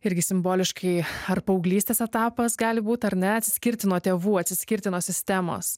irgi simboliškai ar paauglystės etapas gali būt ar ne atskirti nuo tėvų atsiskirti nuo sistemos